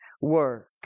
work